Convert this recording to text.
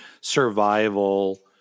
survival